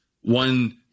one